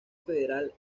federal